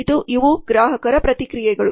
ಇವು ಗ್ರಾಹಕರ ಪ್ರತಿಕ್ರಿಯೆಗಳು